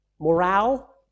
morale